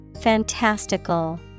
fantastical